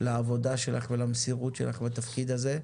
לעבודה שלך ולמסירות שלך בתפקיד הזה.